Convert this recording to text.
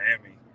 Miami